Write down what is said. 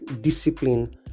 discipline